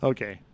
Okay